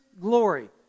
glory